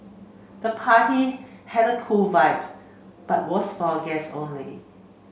the party had a cool vibe but was for guest only